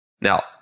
Now